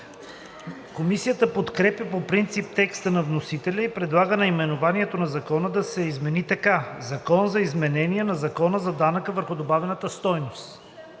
Комисията подкрепя по принцип текста на вносителя и предлага наименованието на закона да се измени така: „Закон за изменение на Закона за данък върху добавената стойност“.